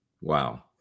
wow